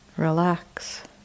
Relax